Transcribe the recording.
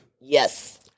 Yes